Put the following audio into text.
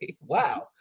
wow